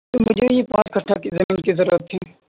تو مجھے یہ پانچ کٹھہ کی زمین کی ضرورت تھی